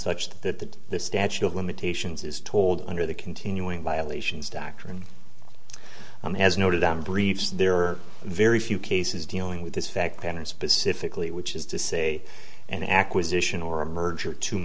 such that the statute of limitations is told under the continuing violations doctrine has noted on briefs there are very few cases dealing with this fact pan and specifically which is to say an acquisition or a merger to